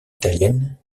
italiennes